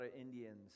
Indians